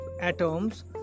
atoms